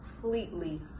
completely